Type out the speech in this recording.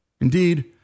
Indeed